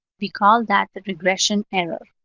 we call that the regression error,